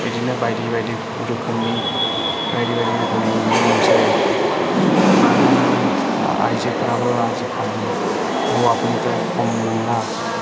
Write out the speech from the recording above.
बिदिनो बायदि बायदि रोखोमनि मोनसे आइजोफोराबो आजिकालि हौवाफोरनिफ्राय खम नंला